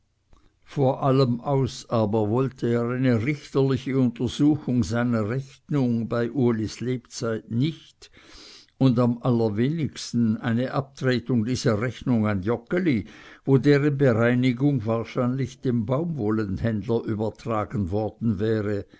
vor allem aus aber wollte er eine richterliche untersuchung seiner rechnung bei ulis lebzeit nicht und am allerwenigsten eine abtretung dieser rechnung an joggeli wo deren bereinigung wahrscheinlich dem baumwollenhändler übertragen worden wäre